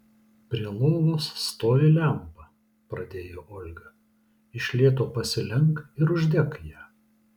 prie lovos stovi lempa pradėjo olga iš lėto pasilenk ir uždek ją